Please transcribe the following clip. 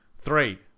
three